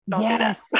Yes